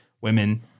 Women